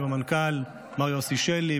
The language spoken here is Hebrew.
עם המנכ"ל מר יוסי שלי,